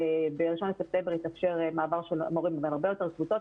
ב-1 לספטמבר התאפשר מעבר של מורים בין הרבה יותר קבוצות.